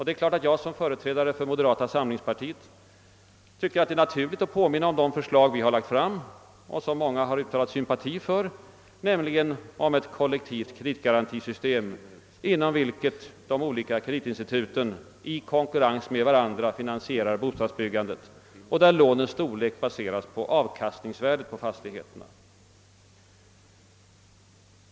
Det är klart att jag som företrädare för moderata samlingspartiet tycker att det är naturligt att påminna om de förslag vi har lagt fram och som många har uttalat sympati för, nämligen om ett kollektivt kreditgarantisystem, inom vilket de olika kreditinstituten i konkurrens med varandra finansierar bostadsbyggandet och där lånens storlek baseras på avkastningsvärdet på fastigheten.